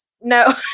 No